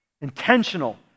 Intentional